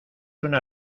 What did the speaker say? una